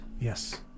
Yes